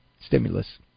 stimulus